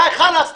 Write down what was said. די, חאלס.